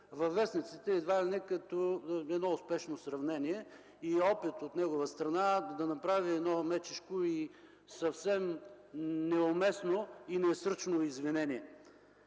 във вестниците, като едва ли не успешно сравнение и опит от негова страна да направи едно мечешко, съвсем неуместно и несръчно извинение.